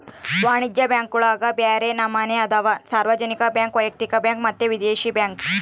ವಾಣಿಜ್ಯ ಬ್ಯಾಂಕುಗುಳಗ ಬ್ಯರೆ ನಮನೆ ಅದವ, ಸಾರ್ವಜನಿಕ ಬ್ಯಾಂಕ್, ವೈಯಕ್ತಿಕ ಬ್ಯಾಂಕ್ ಮತ್ತೆ ವಿದೇಶಿ ಬ್ಯಾಂಕ್